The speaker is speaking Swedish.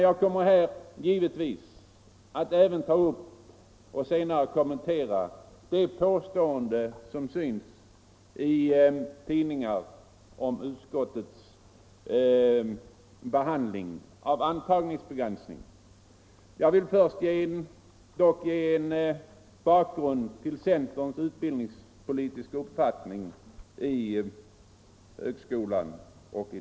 Jag kommer här gi vetvis att även ta upp och senare kommentera de påståenden som synts i tidningarna om utskottets behandling av intagningsbegränsningen. Jag vill dock ge en bakgrund till centerns utbildningspolitiska uppfattning beträffande högskolan.